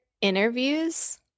interviews